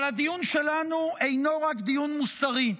אבל הדיון שלנו אינו רק דיון מוסרי,